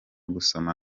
gusoma